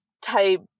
type